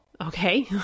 okay